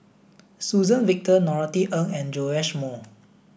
Suzann Victor Norothy Ng and Joash Moo